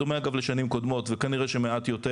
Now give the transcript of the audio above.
בדומה אגב לשנים קודמות וכנראה שמעט יותר,